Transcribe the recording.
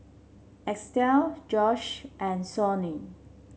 Estell Josh and Sonny